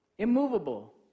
immovable